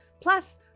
plus